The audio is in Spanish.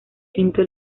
quinto